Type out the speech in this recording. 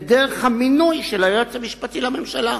ודרך המינוי של היועץ המשפטי לממשלה".